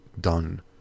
done